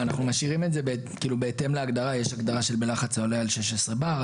אנחנו משאירים את זה בהתאם להגדרה: בלחץ העולה על 16 באר.